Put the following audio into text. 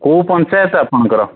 କେଉଁ ପଞ୍ଚାୟତ ଆପଣଙ୍କର